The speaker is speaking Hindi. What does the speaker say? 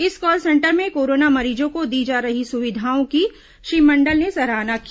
इस कॉल सेंटर में कोरोना मरीजों को दी जा रही सुविधाओं की श्री मंडल ने सहाराना की